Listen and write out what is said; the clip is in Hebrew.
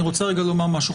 אני רוצה לומר משהו,